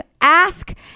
ask